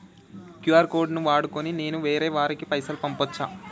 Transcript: QR code ను వాడుకొని నేను వేరే వారికి పైసలు పంపచ్చా?